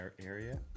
area